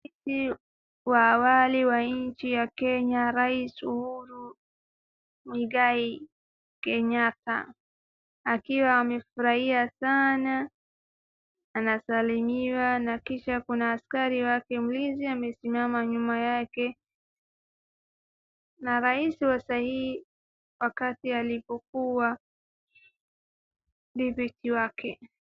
Rais wa awali wa nchi ya Kenya rais Uhuru Muigai Kenyatta akiwa amefurahia sana anasalimiwa na kisha kuna askari wake mlinzi amesimama nyuma yake, na rais wa sai wakati alipokuwa deputy wake.